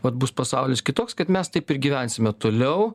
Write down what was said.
vat bus pasaulis kitoks kad mes taip ir gyvensime toliau